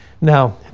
Now